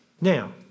Now